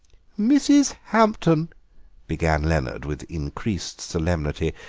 mrs. hampton began leonard with increased solemnity,